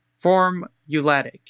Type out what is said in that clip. Formulatic